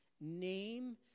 name